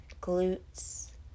glutes